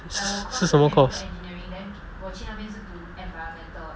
是是什么 course